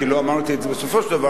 כי לא אמרתי את זה בסופו של דבר,